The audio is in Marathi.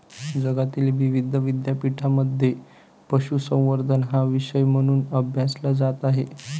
जगातील विविध विद्यापीठांमध्ये पशुसंवर्धन हा विषय म्हणून अभ्यासला जात आहे